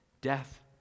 death